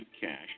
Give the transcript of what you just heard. cash